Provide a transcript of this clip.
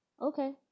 Okay